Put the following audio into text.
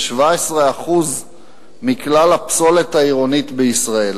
כ-17% מכלל משקל הפסולת העירונית בישראל.